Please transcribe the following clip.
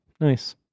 Nice